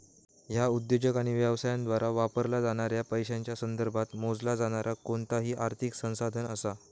ह्या उद्योजक आणि व्यवसायांद्वारा वापरला जाणाऱ्या पैशांच्या संदर्भात मोजला जाणारा कोणताही आर्थिक संसाधन असा